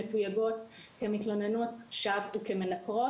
מתויגות כמתלוננות שווא וכיוצרות ניכור.